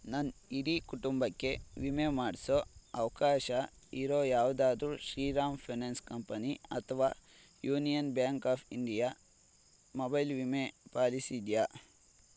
ನನ್ನ ಇಡೀ ಕುಟುಂಬಕ್ಕೆ ವಿಮೆ ಮಾಡಿಸೋ ಅವಕಾಶ ಇರೋ ಯಾವುದಾದ್ರೂ ಶ್ರೀರಾಂ ಫೆನಾನ್ಸ್ ಕಂಪನಿ ಅಥವಾ Union Bank of India mobile ವಿಮೆ ಪಾಲಿಸಿ ಇದೆಯಾ